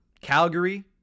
Calgary